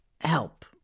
help